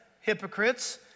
hypocrites